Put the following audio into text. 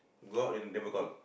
go out and never call